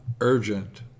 urgent